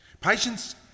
Patience